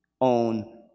own